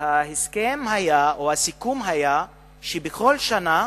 הסיכום היה שבכל שנה